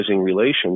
relations